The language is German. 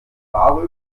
wahrer